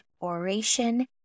oration